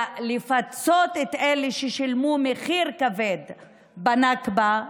לפצות את אלה ששילמו מחיר כבד בנכבה,